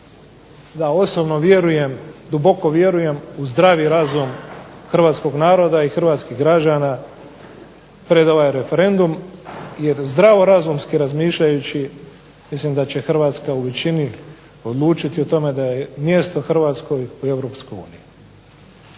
da osobno vjerujem, duboko vjerujem u zdravi razum hrvatskih građana pred ovaj referendum jer zdravorazumski razmišljajući mislim da će Hrvatska u većini odlučiti o tome da je mjesto Hrvatskoj u EU.